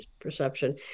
perception